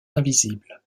invisibles